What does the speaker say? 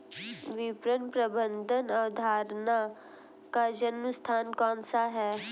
विपणन प्रबंध अवधारणा का जन्म स्थान कौन सा है?